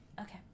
Okay